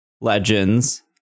legends